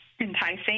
enticing